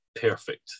perfect